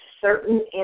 certain